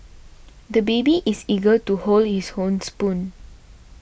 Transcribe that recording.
the baby is eager to hold his own spoon